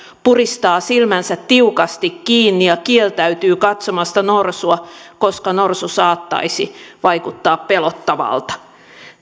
puristaa silmänsä tiukasti kiinni ja kieltäytyy katsomasta norsua koska norsu saattaisi vaikuttaa pelottavalta